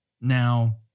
Now